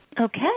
Okay